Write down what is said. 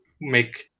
make